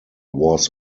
was